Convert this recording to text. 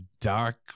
dark